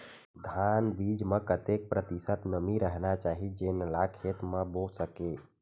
धान बीज म कतेक प्रतिशत नमी रहना चाही जेन ला खेत म बो सके?